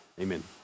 Amen